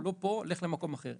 לא פה, לך למקום אחר.